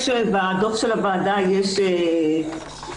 בדוח של הוועדה יש פירוט,